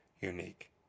unique